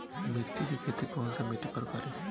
मिर्ची के खेती कौन सा मिट्टी पर करी?